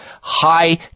high